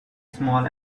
small